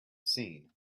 seen